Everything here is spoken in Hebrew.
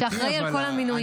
הוא אחראי לכל המינויים.